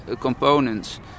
components